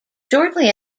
shortly